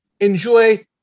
Enjoy